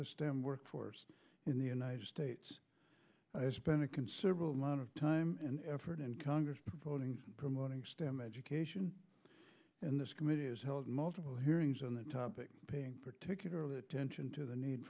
the stem workforce in the united states spend a considerable amount of time and effort in congress voting and promoting stem education in this committee is held multiple hearings on the topic paying particular attention to the need